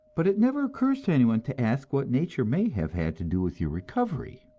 but it never occurs to anyone to ask what nature may have had to do with your recovery.